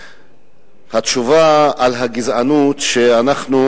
התשובה על הגזענות שאנחנו